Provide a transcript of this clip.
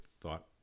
thought